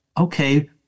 okay